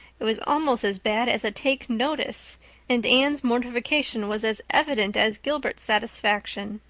it was almost as bad as a take-notice and anne's mortification was as evident as gilbert's satisfaction.